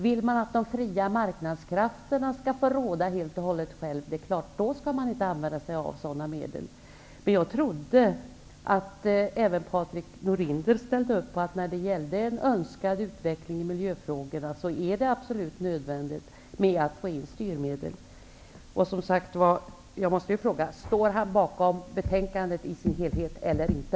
Vill man att de fria marknadskrafterna skall få råda helt och hållet själva, då är det klart att man inte skall använda sig av sådana medel, men jag trodde att även Patrik Norinder ställde upp på att när det gäller att få till stånd en önskad utveckling i miljöfrågorna är det absolut nödvändigt med styrmedel. Som sagt var, jag måste fråga: Står Patrik Norinder bakom betänkandet i dess helhet eller inte?